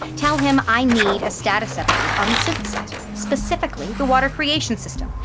tell him i need a status update on the synthesizer, specifically the water creation system.